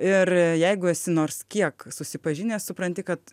ir jeigu esi nors kiek susipažinęs supranti kad